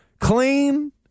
Clean